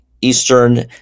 Eastern